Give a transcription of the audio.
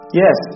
yes